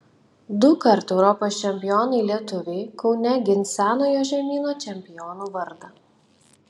dukart europos čempionai lietuviai kaune gins senojo žemyno čempionų vardą